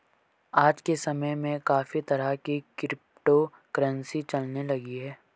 आज के समय में काफी तरह की क्रिप्टो करंसी चलने लगी है